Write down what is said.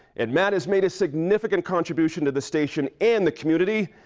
and matt has made a significant contribution to the station and the community.